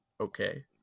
okay